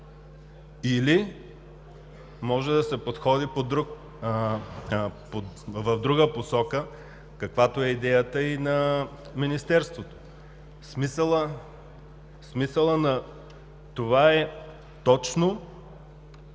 Или може да се подходи в друга посока, каквато е идеята и на Министерството? Смисълът на това е точно